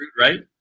right